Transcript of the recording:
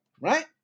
right